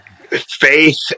Faith